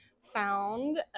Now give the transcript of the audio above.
found